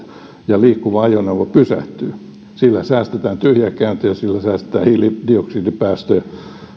ja liikkuva ajoneuvo pysähtyy sillä säästetään tyhjäkäyntiä ja sillä säästetään hiilidioksidipäästöjä